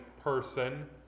person